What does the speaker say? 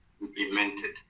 implemented